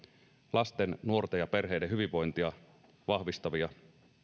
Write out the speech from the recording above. lasten nuorten ja perheiden hyvinvointia vahvistavia